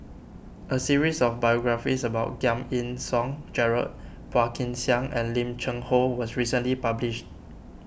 a series of biographies about Giam Yean Song Gerald Phua Kin Siang and Lim Cheng Hoe was recently published